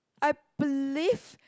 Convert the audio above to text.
I believe